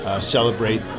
celebrate